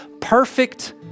perfect